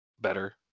better